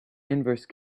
inverse